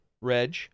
Reg